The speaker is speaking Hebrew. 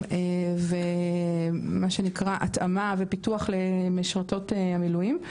ומה שנקרא התאמה ופיתוח למשרתות המילואים,